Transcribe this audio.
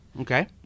Okay